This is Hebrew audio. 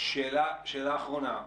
שאלה אחרונה.